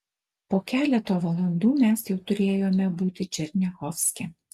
po keleto valandų mes jau turėjome būti černiachovske